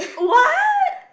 what